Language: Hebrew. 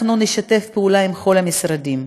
אנחנו נשתף פעולה עם כל המשרדים.